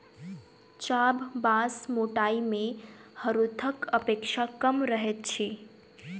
चाभ बाँस मोटाइ मे हरोथक अपेक्षा कम रहैत अछि